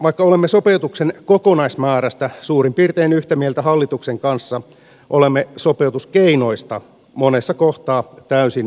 vaikka olemme sopeutuksen kokonaismäärästä suurin piirtein yhtä mieltä hallituksen kanssa olemme sopeutuskeinoista monessa kohtaa täysin eri linjoilla